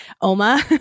Oma